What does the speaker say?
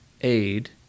aid